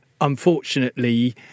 Unfortunately